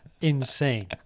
insane